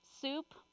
soup